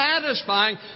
satisfying